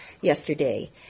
yesterday